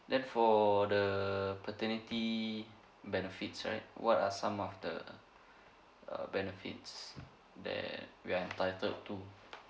then for the paternity benefits right what are some of the uh benefits that we are entitled to